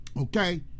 okay